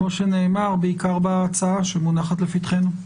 כמו שנאמר, בעיקר בהצעה שמונחת לפתחנו.